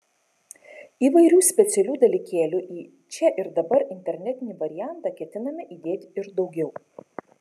įvairių specialių dalykėlių į čia ir dabar internetinį variantą ketiname įdėti ir daugiau